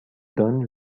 donnent